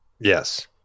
Yes